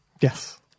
Yes